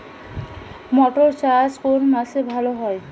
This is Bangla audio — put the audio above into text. মটর চাষ কোন মাসে ভালো হয়?